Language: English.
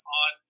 on